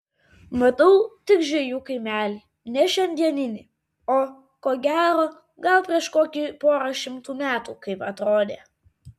matau tik žvejų kaimelį ne šiandieninį o ko gero gal prieš kokį porą šimtų metų kaip atrodė